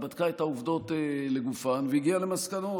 בדקה את העובדות לגופן והגיעה למסקנות.